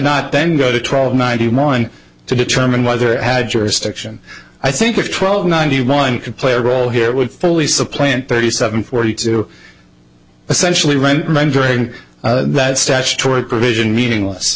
not then go to twelve ninety one to determine whether it had jurisdiction i think of twelve ninety one could play a role here would fully supplant thirty seven forty two essentially rent men during that statutory provision meaningless